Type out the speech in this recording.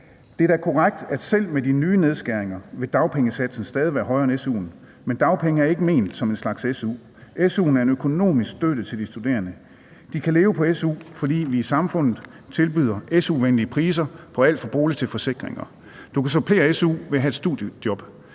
det er da korrekt, at selv med de nye nedskæringer vil dagpengesatsen stadig væk være højere end su'en, men dagpenge er ikke ment som en slags su. Su'en er en økonomisk støtte til de studerende. De kan leve på su, fordi vi i samfundet tilbyder su-venlige priser på alt fra bolig til forsikringer. Du kan supplere su ved at have et studiejob.